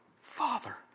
Father